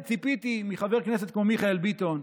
ציפיתי מחבר כנסת כמו מיכאל ביטון,